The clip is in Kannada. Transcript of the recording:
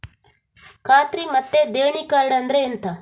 ಖಾತ್ರಿ ಮತ್ತೆ ದೇಣಿ ಕಾರ್ಡ್ ಅಂದ್ರೆ ಎಂತ?